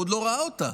הוא עוד לא ראה אותה.